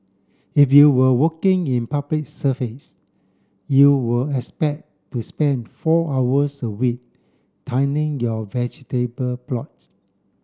if you were working in Public Service you were expect to spend four hours a week tilling your vegetable plots